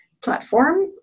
platform